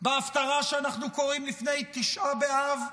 בהפטרה שאנחנו קוראים לפני תשעה באב,